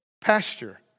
pasture